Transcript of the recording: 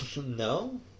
no